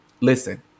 Listen